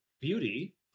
beauty